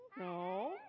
no